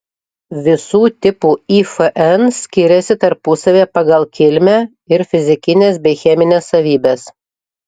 visų tipų ifn skiriasi tarpusavyje pagal kilmę ir fizikines bei chemines savybes